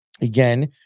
again